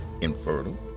infertile